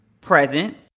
present